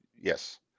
Yes